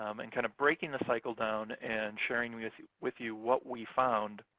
um and kinda breaking the cycle down and sharing with you with you what we found